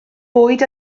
bwyd